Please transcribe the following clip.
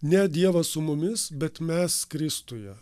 ne dievas su mumis bet mes kristuje